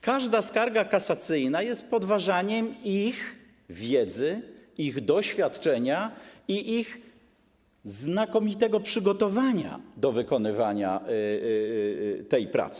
Każda skarga kasacyjna jest podważaniem ich wiedzy, ich doświadczenia i ich znakomitego przygotowania do wykonywania tej pracy.